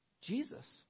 Jesus